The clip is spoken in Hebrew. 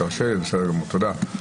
בסדר גמור, תודה.